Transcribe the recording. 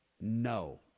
no